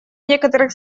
некоторых